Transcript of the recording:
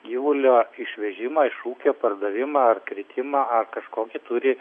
gyvulio išvežimą iš ūkio pardavimą ar kritimą ar kažkokį turi